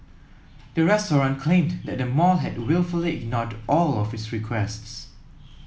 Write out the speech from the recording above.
the restaurant claimed that the mall had wilfully ignored all of its requests